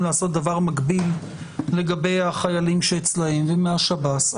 לעשות דבר מקביל לגבי החיילים שאצלם ומהשב"ס.